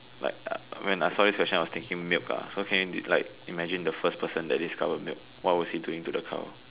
like uh when I saw this question I was thinking milk ah so can you like imagine the first person that discovered milk what was he doing to the cow